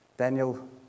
Daniel